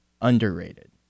underrated